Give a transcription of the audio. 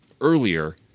earlier